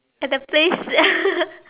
at the place